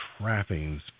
trappings